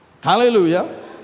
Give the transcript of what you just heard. hallelujah